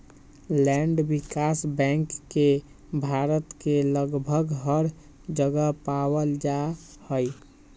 land विकास bank के भारत के लगभग हर जगह पावल जा हई